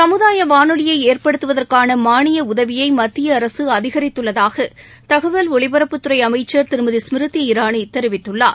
சமுதாய வானொலியை ஏற்படுத்துவதற்கான மானிய உதவியை மத்திய அரசு அதிகித்துள்ளதாக தகவல் ஒலிபரப்புத்துறை அமைச்சர் திருமதி ஸ்மிருதி இரானி தெரிவித்துள்ளார்